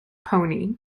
pony